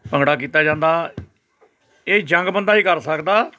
ਭੰਗੜਾ ਕੀਤਾ ਜਾਂਦਾ ਇਹ ਜੰਗ ਬੰਦਾ ਹੀ ਕਰ ਸਕਦਾ